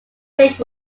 date